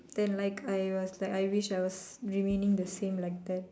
then like I was like I wish I was remaining the same like that